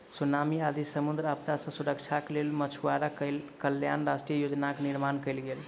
tsunami आदि समुद्री आपदा सॅ सुरक्षाक लेल मछुआरा कल्याण राष्ट्रीय योजनाक निर्माण कयल गेल